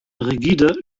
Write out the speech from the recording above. rigide